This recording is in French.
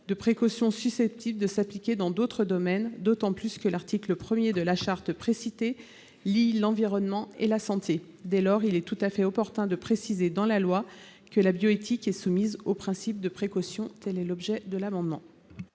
de précaution susceptible de s'appliquer dans d'autres domaines, d'autant que l'article 1 de la charte précitée lie l'environnement et la santé. Dès lors, il est tout à fait opportun de préciser dans la loi que la bioéthique est soumise au principe de précaution. La parole est